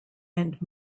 and